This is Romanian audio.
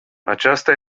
aceasta